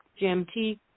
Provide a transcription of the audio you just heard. GMT